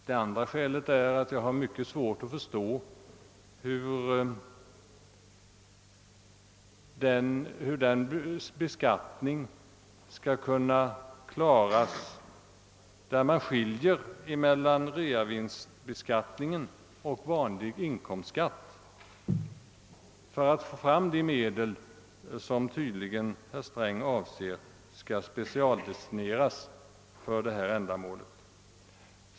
Det andra skälet är att det är mycket svårt att förstå hur den beskattning skall utformas genom vilken man skall skilja mellan realisationsvinstbeskattning och vanlig inkomstskatt för att få fram de medel, som herr Sträng tydligen avser skall specialdestineras för detta ändamål.